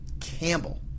Campbell